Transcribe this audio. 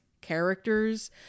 characters